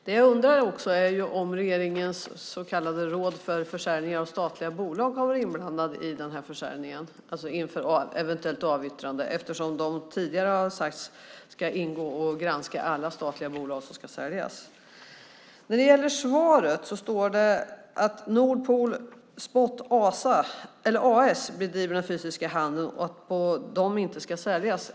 Det jag också undrar är om regeringens så kallade råd för försäljning av statliga bolag har varit inblandat i den här försäljningen, alltså inför ett eventuellt avyttrande, eftersom det tidigare har sagts att det ska ingå och granska alla statliga bolag som ska säljas. I svaret står det att Nord Pool Spot AS bedriver den fysiska handeln och att det inte ska säljas.